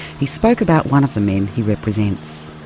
he spoke about one of the men he represents.